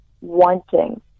wanting